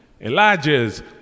Elijah's